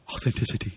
Authenticity